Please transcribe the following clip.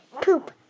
poop